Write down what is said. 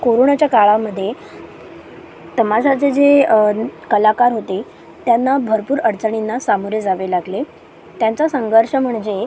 कोरोनाच्या काळामध्ये तमाशाचे जे कलाकार होते त्यांना भरपूर अडचणींना सामोरे जावे लागले त्यांचा संघर्ष म्हणजे